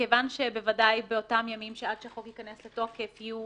כי ודאי באותם ימים שעד שהחוק ייכנס לתוקף יהיו